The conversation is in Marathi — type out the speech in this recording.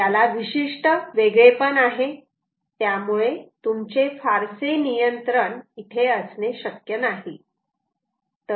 याला विशिष्ट वेगळेपण आहे त्यामुळे तुमचे फारसे नियंत्रण असणे शक्य नाही